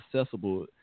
accessible